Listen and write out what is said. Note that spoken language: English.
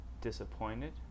disappointed